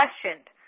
questioned